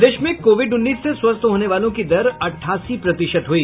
प्रदेश में कोविड उन्नीस से स्वस्थ होने वालों की दर अठासी प्रतिशत हुई